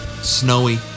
Snowy